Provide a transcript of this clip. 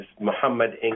Muhammad